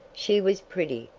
she was pretty,